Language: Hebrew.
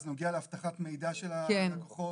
זה נוגע לאבטחת מידע של הלקוחות,